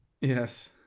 yes